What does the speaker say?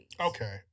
Okay